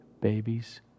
babies